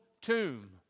tomb